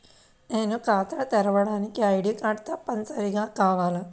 నేను ఖాతా తెరవడానికి ఐ.డీ కార్డు తప్పనిసారిగా కావాలా?